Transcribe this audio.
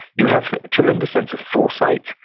you have tremendous sense of foresight.